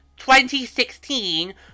2016